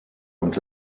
und